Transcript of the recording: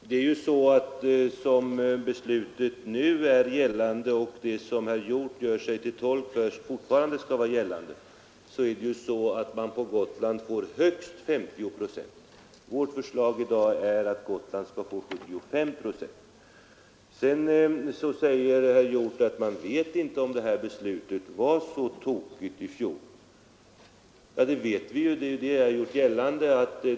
Herr talman! Enligt det beslut som nu är gällande och som herr Hjorth anser fortfarande skall vara gällande får Gotland högst 50 procent i bidrag. Vårt förslag är att Gotland skall få 75 procent. Herr Hjorth säger att man inte vet om beslutet i fjol var så tokigt.